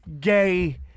gay